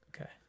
okay